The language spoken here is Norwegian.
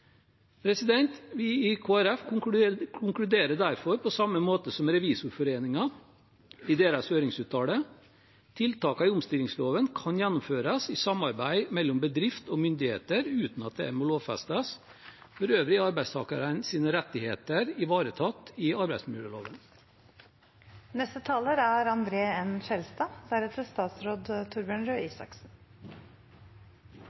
Vi i Kristelig Folkeparti konkluderer derfor på samme måte som Revisorforeningen i deres høringsuttalelse, med at tiltakene i omstillingsloven kan gjennomføres i samarbeid mellom bedrift og myndigheter uten at det må lovfestes. For øvrig er arbeidstakernes rettigheter ivaretatt i arbeidsmiljøloven. Representanten Reiten redegjorde på mange måter for det som også er mitt syn i